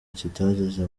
kitageze